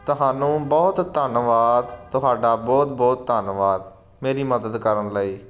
ਤੁਹਨੂੰ ਬਹੁਤ ਧੰਨਵਾਦ ਤੁਹਾਡਾ ਬਹੁਤ ਬਹੁਤ ਧੰਨਵਾਦ ਮੇਰੀ ਮਦਦ ਕਰਨ ਲਈ